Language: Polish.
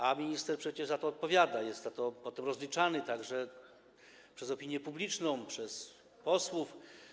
A minister przecież za to odpowiada, jest z tego potem rozliczany, także przez opinię publiczną, przez posłów.